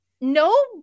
No